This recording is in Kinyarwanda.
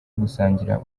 gusangira